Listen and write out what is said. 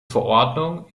verordnung